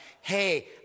hey